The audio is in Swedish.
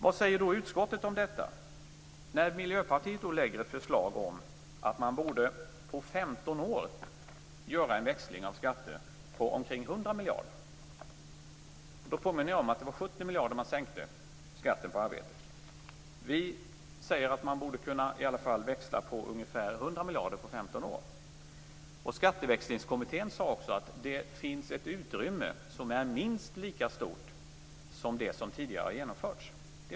Vad säger då utskottet när Miljöpartiet lägger fram ett förslag om att man på 15 år borde göra en växling av skatter på omkring 100 miljarder? Då vill jag påminna om att det var med 70 miljarder skatten på arbete sänktes. Vi säger att man i alla fall borde kunna växla 100 miljarder på 15 år. Skatteväxlingskommittén kom också fram till att det finns utrymme för en skatteväxling som är minst lika stor som den som redan har genomförts.